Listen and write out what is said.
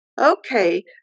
okay